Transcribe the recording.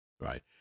right